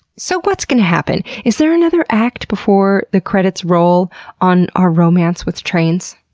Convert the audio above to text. so what's going to happen? is there another act before the credits roll on our romance with trains?